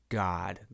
god